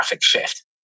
shift